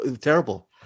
terrible